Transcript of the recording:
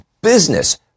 business